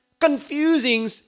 confusing